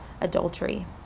adultery